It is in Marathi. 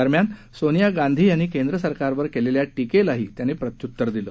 दरम्यान सोनिया गांधी यांनी केंद्र सरकारवर केलेल्या टीकेलाही त्यांनी प्रत्युत्तर दिले